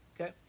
okay